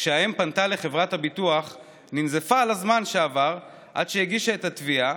כשהאם פנתה לחברת הביטוח היא ננזפה על הזמן שעבר עד שהגישה את התביעה,